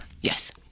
Yes